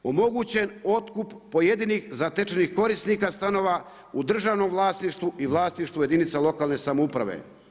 Omogućen otkup pojedinih zatečenih korisnika stanova u državnom vlasništvu i vlasništvu jedinica lokalne samouprave.